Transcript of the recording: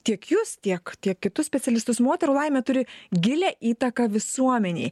tiek jus tiek tiek kitus specialistus moterų laimė turi gilią įtaką visuomenėj